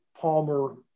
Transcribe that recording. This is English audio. Palmer